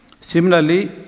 Similarly